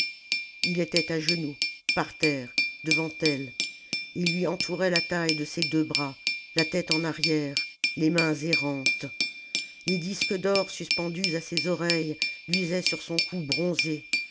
il était à genoux par terre devant elle et il lui entourait la taille de ses deux bras la tête en arrière les mains errantes les disques d'or suspendus à ses oreilles luisaient sur son cou bronzé